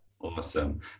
awesome